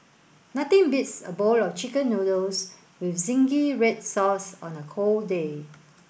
nothing beats a bowl of chicken noodles with zingy red sauce on a cold day